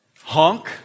honk